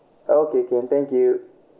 okay can thank you